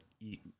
eat